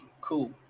Cool